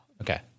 Okay